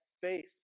faith